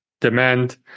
Demand